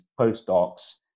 postdocs